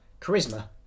Charisma